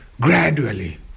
gradually